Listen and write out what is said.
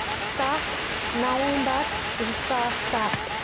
سَتھ نَوَمبر زٕ ساس سَتھ